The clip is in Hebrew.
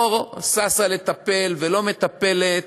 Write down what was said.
לא ששה לטפל ולא מטפלת,